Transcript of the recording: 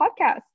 podcast